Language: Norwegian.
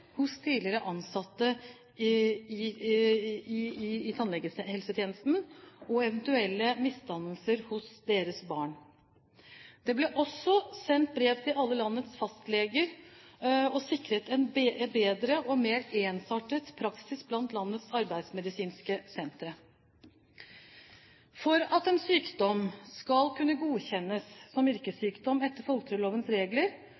hos tidligere ansatte i tannhelsetjenesten og eventuelle misdannelser hos deres barn. Det ble også sendt brev til alle landets fastleger og sikret en bedre og mer ensartet praksis blant landets arbeidsmedisinske sentre. For at en sykdom skal kunne godkjennes som yrkessykdom etter folketrygdlovens regler,